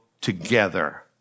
together